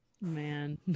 Man